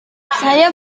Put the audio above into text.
saya